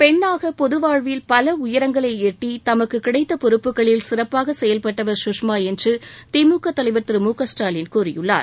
பெண்ணாக பொது வாழ்வில் பல உயரங்களை எட்டி தனக்கு கிடைத்த பொறுப்புக்களில் சிறப்பாக செயல்பட்டவர் சுஷ்மா என்று திமுக தலைவர் திரு மு க ஸ்டாலின் கூறியுள்ளார்